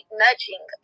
nudging